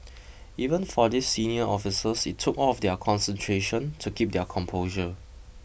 even for these senior officers it took all of their concentration to keep their composure